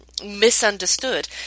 misunderstood